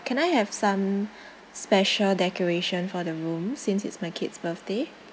can I have some special decoration for the room since it's my kid's birthday